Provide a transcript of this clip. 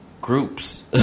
groups